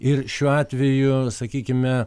ir šiuo atveju sakykime